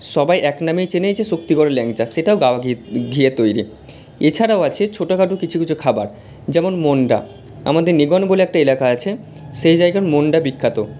সবাই একনামে চেনে যে শক্তিগড়ের ল্যাংচা সেটাও গাওয়া ঘিয়ের ঘিয়ের তৈরি এছাড়াও আছে ছোটখাটো কিছু কিছু খাবার যেমন মন্ডা আমাদের নিগন বলে একটা এলাকা আছে সেই জায়গার মন্ডা বিখ্যাত